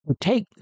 take